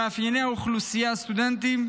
במאפייני אוכלוסיית הסטודנטים,